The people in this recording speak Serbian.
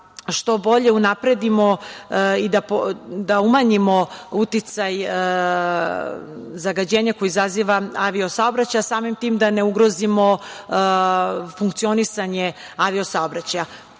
što bolje unapredimo i da umanjimo uticaj zagađenja koji izaziva avio-saobraćaj, a samim tim da ne ugrozimo funkcionisanje avio-saobraćaja. Pošto